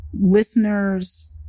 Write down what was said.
listeners